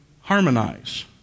harmonize